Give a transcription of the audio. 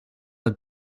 het